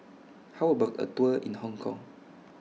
How about A Tour in Hong Kong